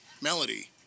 melody